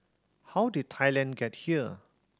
how did Thailand get here